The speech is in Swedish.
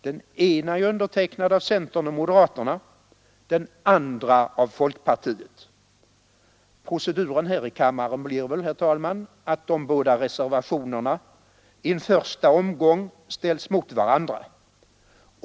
Den ena är undertecknad av centern och moderaterna och den andra av folkpartiet. Proceduren här i kammaren blir väl att de båda reservationerna i en första omgång ställs mot varandra.